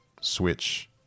switch